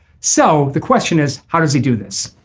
so the question is how does he do this.